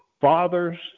fathers